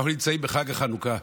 אנחנו נמצאים בחג החנוכה.